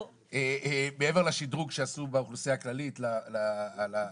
מעבר לשדרוג שעשו באוכלוסייה הכללית למכללות,